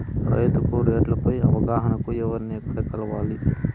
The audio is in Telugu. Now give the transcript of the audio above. రైతుకు రేట్లు పై అవగాహనకు ఎవర్ని ఎక్కడ కలవాలి?